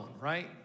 right